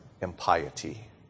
impiety